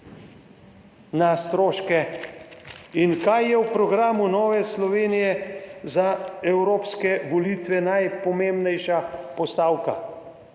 na stroške? In kaj je v programu Nove Slovenije za Evropske volitve najpomembnejša postavka?